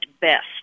best